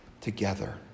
together